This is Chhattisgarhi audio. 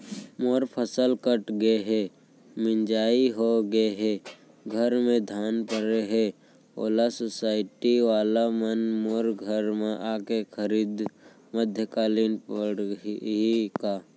मोर फसल कट गे हे, मिंजाई हो गे हे, घर में धान परे हे, ओला सुसायटी वाला मन मोर घर म आके खरीद मध्यकालीन पड़ही का?